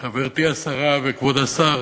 חברתי השרה וכבוד השר,